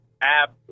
app